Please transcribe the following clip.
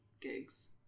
gigs